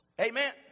Amen